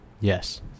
Yes